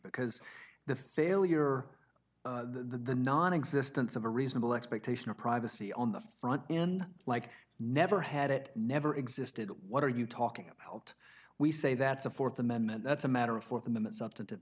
because the failure the nonexistence of a reasonable expectation of privacy on the front end like never had it never existed what are you talking about we say that's a th amendment that's a matter of th amendment substantive